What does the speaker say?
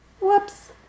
Whoops